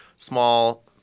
Small